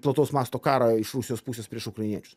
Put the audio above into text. plataus masto karą iš rusijos pusės prieš ukrainiečius